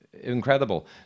Incredible